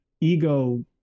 ego